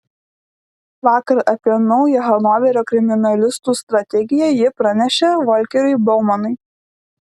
vakar apie naują hanoverio kriminalistų strategiją ji pranešė volkeriui baumanui